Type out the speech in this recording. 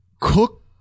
Cook